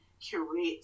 curate